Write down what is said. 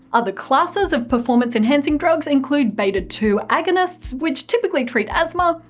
other classes of performance enhancing drugs include beta two agonists which typically treat asthma,